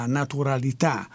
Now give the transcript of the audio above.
naturalità